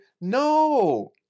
No